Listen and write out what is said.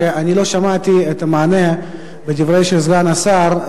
ואני לא שמעתי את המענה עליה בדברים של סגן השר,